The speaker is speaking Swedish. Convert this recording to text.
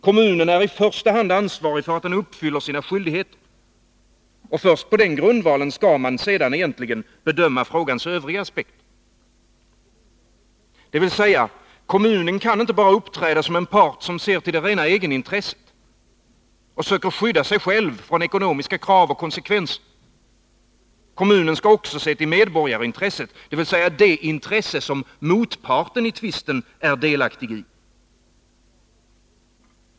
Kommunen är i första hand ansvarig för att dess skyldigheter uppfylls. Först på den grundvalen skall man bedöma övriga aspekter i frågan, dyvs. : Kommunen kan inte bara uppträda som en part, som enbart ser till egetintresset och söker skydda sig själv när det gäller ekonomiska krav och konsekvenser. Kommunen skall också se till medborgarintr:sset, dvs. det intresse som motparten i tvisten är delaktig i.